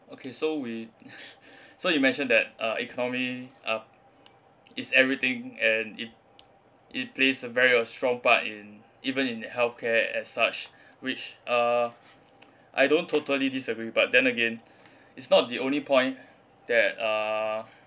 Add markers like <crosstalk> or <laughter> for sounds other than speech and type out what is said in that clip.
okay so we <breath> so you mentioned that uh economy up is everything and it it plays a very a strong part in even in healthcare as such which uh I don't totally disagree but then again it's not the only point that uh